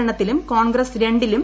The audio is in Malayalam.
എണ്ണത്തിലും കോൺഗ്രസ് രിലും